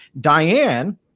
Diane